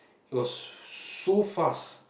it was so fast